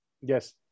Yes